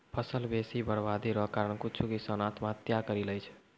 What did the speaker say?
फसल बेसी बरवादी रो कारण कुछु किसान आत्महत्या करि लैय छै